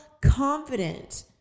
confident